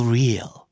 real